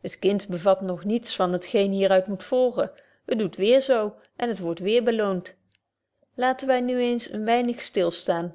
het kind bevat nog niets van het geen hier uit moet volgen het doet weêr zo en het wordt weêr beloont laten wy nu eens een weinig stil staan